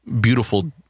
beautiful